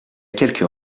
quelques